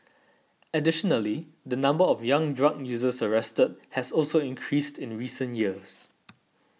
additionally the number of young drug users arrested has also increased in recent years